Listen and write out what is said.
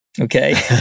Okay